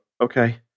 okay